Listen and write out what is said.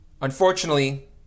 unfortunately